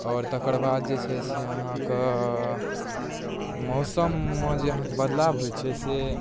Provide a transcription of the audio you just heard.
आओर तकरबाद जे छै से अहाँ कऽ मौसममे जे अहाँकऽ बदलाओ होइत छै से